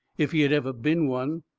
if he had ever been one,